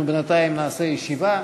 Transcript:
אנחנו בינתיים נעשה ישיבה,